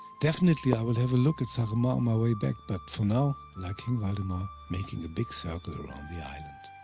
definitely, i will have a look at saaremaa on my way back, but for now, like king valdemar, making a big circle around the island.